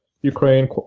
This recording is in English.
Ukraine